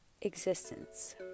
existence